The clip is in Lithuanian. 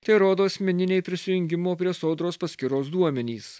tai rodo asmeniniai prisijungimo prie sodros paskyros duomenys